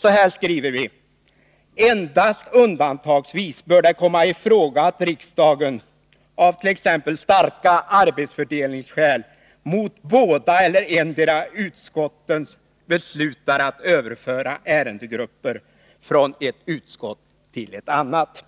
Så här skriver vi: ”Endast undantagsvis bör det komma i fråga att riksdagen av t.ex. starka arbetsfördelningsskäl mot båda eller endera utskottens vilja beslutar att överföra ärendegrupper från ett utskott till ett annat.”